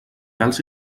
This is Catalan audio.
pèls